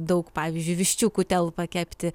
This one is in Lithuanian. daug pavyzdžiui viščiukų telpa kepti